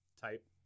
type